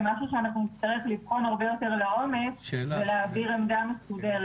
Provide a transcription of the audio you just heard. זה משהו שאנחנו נצטרך לבחון הרבה יותר לעומק ולהעביר עמדה מסודרת.